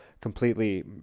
completely